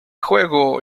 juego